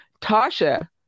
Tasha